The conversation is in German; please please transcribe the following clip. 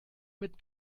mit